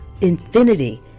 infinity